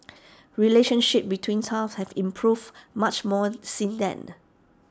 relationship between us have improved much more since then